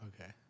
Okay